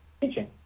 teaching